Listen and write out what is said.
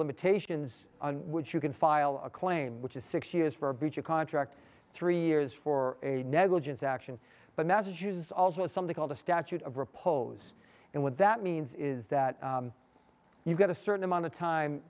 limitations on which you can file a claim which is six years for breach of contract three years for a negligence action but massachusetts also something called a statute of repose and what that means is that you get a certain amount of time